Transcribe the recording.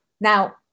now